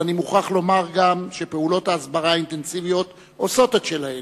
אבל אני מוכרח לומר גם שפעולות ההסברה האינטנסיביות עושות את שלהן,